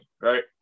right